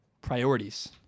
Priorities